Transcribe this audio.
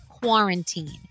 quarantine